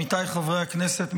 עמיתיי חברי הכנסת,